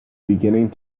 beginning